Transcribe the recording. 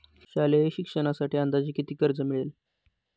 शालेय शिक्षणासाठी अंदाजे किती कर्ज मिळेल?